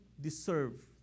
deserve